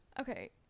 okay